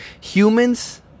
humans